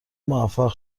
موفق